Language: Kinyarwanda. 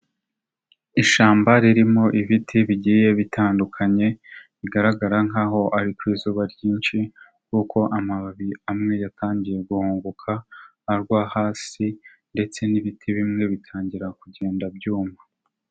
Ishyamba ririmo ibiti bigiye bitandukanye, bigaragara nkaho ari ku izuba ryinshi, kuko amababi amwe yatangiye guhunguka agwa hasi ndetse n'ibiti bimwe bitangira kugenda byuma.